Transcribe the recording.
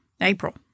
April